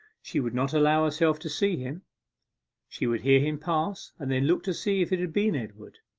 she would not allow herself to see him she would hear him pass, and then look to see if it had been edward.